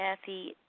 Kathy